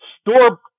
store